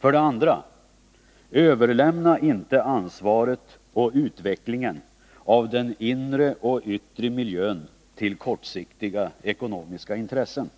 För det andra: Överlämna inte ansvaret och utvecklingen av den inre och yttre miljön till kortsiktiga ekonomiska intressen.